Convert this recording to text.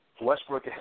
Westbrook